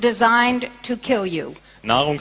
designed to kill you know